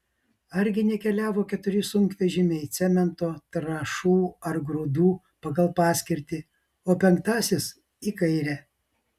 argi nekeliavo keturi sunkvežimiai cemento trąšų ar grūdų pagal paskirtį o penktasis į kairę